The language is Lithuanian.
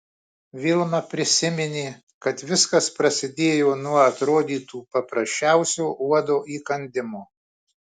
vilma prisiminė kad viskas prasidėjo nuo atrodytų paprasčiausio uodo įkandimo